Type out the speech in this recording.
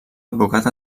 advocat